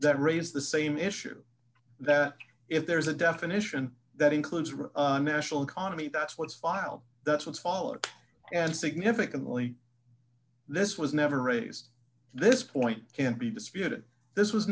that raise the same issue that if there is a definition that includes real national economy that's what's filed that's what's followed and significantly this was never raised this point can be disputed this was